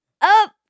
up